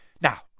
Now